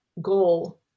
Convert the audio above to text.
goal